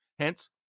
Hence